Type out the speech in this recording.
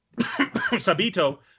Sabito